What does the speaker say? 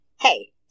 Hey